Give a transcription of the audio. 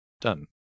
Done